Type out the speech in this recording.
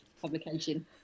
publication